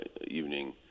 evening